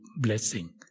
blessing